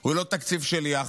הוא לא תקציב של יחד.